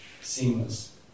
seamless